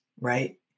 right